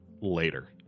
Later